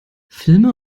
filme